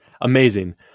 Amazing